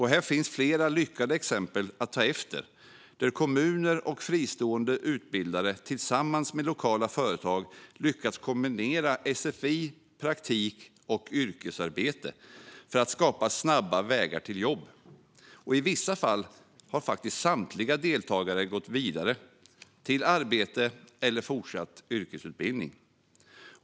Här finns flera lyckade exempel att ta efter där kommuner och fristående utbildare tillsammans med lokala företag lyckats kombinera sfi, praktik och yrkesarbete för att skapa snabba vägar till jobb. I vissa fall har samtliga deltagare gått vidare till arbete eller fortsatt yrkesutbildning.